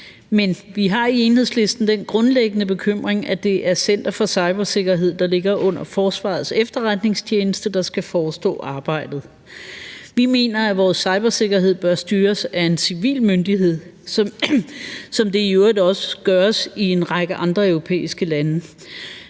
Men vi har i Enhedslisten den grundlæggende bekymring, at det er Center for Cybersikkerhed, der ligger under Forsvarets Efterretningstjeneste, der skal forestå arbejdet. Vi mener, at vores cybersikkerhed bør styres af en civil myndighed, som det i øvrigt også gøres i en række andre europæiske lande.